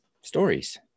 stories